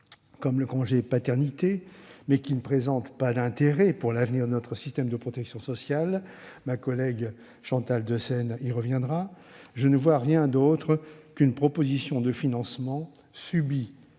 qui est sympathique, mais qui ne présente pas d'intérêt pour l'avenir de notre système de protection sociale- ma collègue Chantal Deseyne y reviendra -, je ne vois rien d'autre qu'une proposition de financement subie